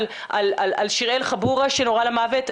אין מה להמציא שוב את הגלגל,